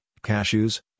cashews